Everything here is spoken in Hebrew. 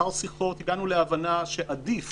לאחר שיחות, הגענו להבנה שעדיף